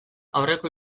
aurreko